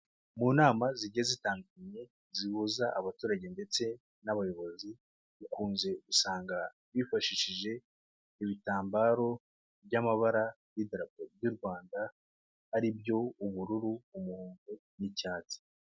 Mu nama zigiye zitandukanye zihuza abaturage ndetse n'abayobozi, dukunze gusanga bifashishije ibitambaro by'amabara y'idarapo ry'u Rwanda, aribyo ubururu, umuhondo n'icyatsi.